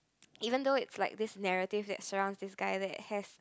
even though it's like this narrative that surrounds this guy that has